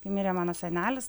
kai mirė mano senelis